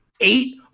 eight